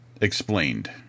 explained